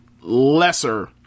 lesser